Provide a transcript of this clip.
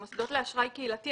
מוסדות לאשראי קהילתי,